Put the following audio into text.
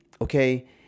okay